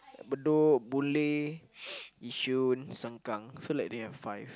Bedok Boon-Lay Yishun Sengkang so you know they have like five